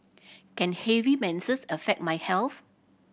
can heavy menses affect my health